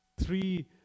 Three